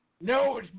No